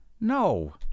No